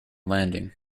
landing